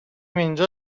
اینجا